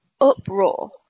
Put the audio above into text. Uproar